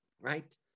right